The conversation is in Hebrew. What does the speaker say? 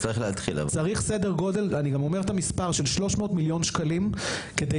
צריך סדר גודל ואני גם אומר את המספר של 300 מיליון שקלים כדי